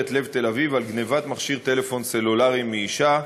לב תל אביב על גנבת מכשיר טלפון סלולרי מאישה,